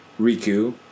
Riku